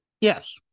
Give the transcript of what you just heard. Yes